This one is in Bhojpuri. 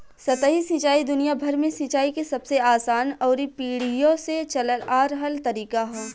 सतही सिंचाई दुनियाभर में सिंचाई के सबसे आसान अउरी पीढ़ियो से चलल आ रहल तरीका ह